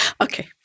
Okay